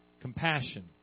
Compassion